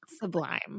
sublime